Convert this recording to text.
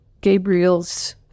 Gabriel's